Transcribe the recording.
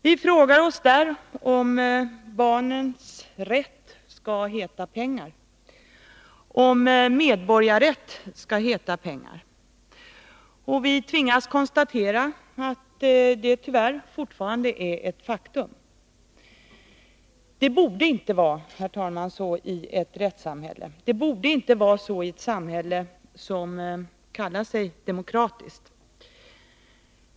Vi frågar oss där om barnens rätt skall heta pengar. Om medborgarrätt skall heta pengar. Vi tvingas konstatera att detta tyvärr fortfarande är ett faktum. Det borde inte vara så i ett rättssamhälle. Det borde inte vara så i ett samhälle som kallar sig demokratiskt.